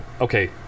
okay